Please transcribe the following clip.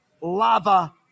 lava